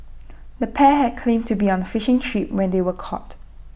the pair had claimed to be on fishing trip when they were caught